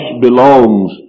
belongs